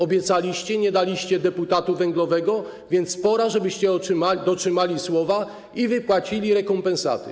Obiecaliście, nie daliście deputatu węglowego, więc pora, żebyście dotrzymali słowa i wypłacili rekompensaty.